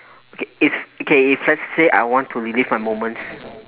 okay it's okay if let say I want to relive my moments